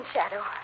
Shadow